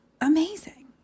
amazing